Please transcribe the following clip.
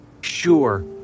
Sure